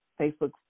Facebook